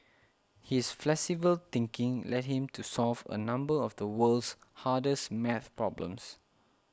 his flexible thinking led him to solve a number of the world's hardest math problems